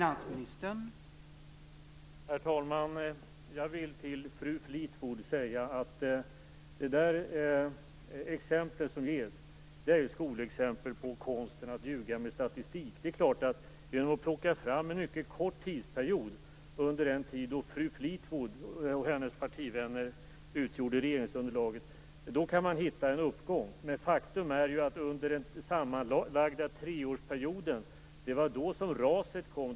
Herr talman! Jag vill till fru Fleetwood säga att det exempel som gavs är ett skolexempel på konsten att ljuga med statistik. Det är klart att man genom att peka på en mycket kort period under den tid då fru Fleetwood och hennes partivänner utgjorde regeringsunderlag kan visa upp en uppgång, men faktum är ju att det var under den sammanlagda treårsperioden som raset kom.